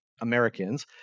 Americans